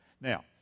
Now